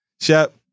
Shep